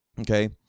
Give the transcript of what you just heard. Okay